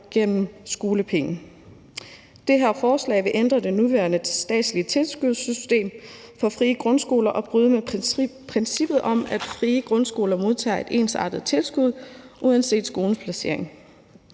gennem skolepenge. Det her forslag vil ændre det nuværende statslige tilskudssystem for frie grundskoler og bryde med princippet om, at frie grundskoler modtager et ensartet tilskud uanset skolens placering.